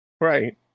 right